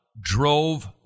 Drove